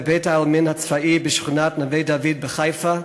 בבית-העלמין הצבאי בשכונת נווה-דוד בחיפה,